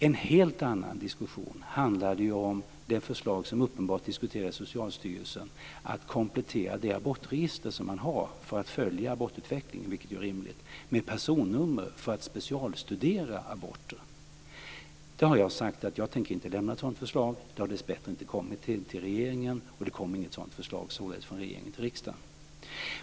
En helt annan diskussion handlade om det förslag som uppenbarligen diskuterades i Socialstyrelsen, att komplettera det abortregister man har för att följa abortutvecklingen, vilket ju är rimligt, med personnummer för att specialstudera aborter. Jag har sagt att jag inte tänker lämna ett sådant förslag. Det har dessbättre inte kommit till regeringen, och det kommer således inte något sådant förslag från regeringen till riksdagen.